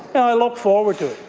and i look forward to it.